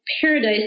paradise